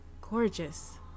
gorgeous